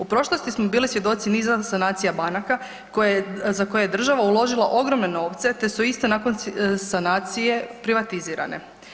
U prošlosti smo bili svjedoci niza sanacija banaka za koje je država uložila ogromne novce te su iste nakon sanacije privatizirane.